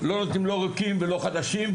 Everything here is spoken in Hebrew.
לא נותנים לא ריקים ולא חדשים,